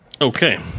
Okay